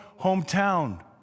hometown